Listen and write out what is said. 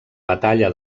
batalla